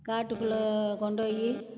காட்டுக்குள்ளே கொண்டு போய்